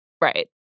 Right